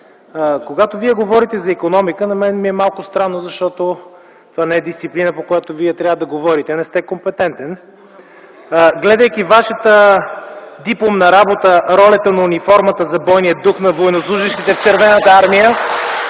когато Вие говорите за икономика, на мен ми е малко странно, защото това не е дисциплината, по която трябва да говорите – не сте компетентен. Гледайки темата на Вашата дипломна работа „Ролята на униформата за бойния дух на военнослужещите в Червената армия”